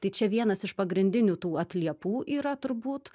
tai čia vienas iš pagrindinių tų atliepų yra turbūt